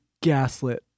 gaslit